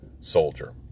soldier